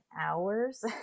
hours